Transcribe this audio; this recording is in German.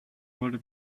wurde